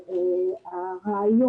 גם אשר כהנא